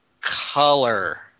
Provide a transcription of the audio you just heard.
color